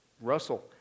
Russell